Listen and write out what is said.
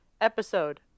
episode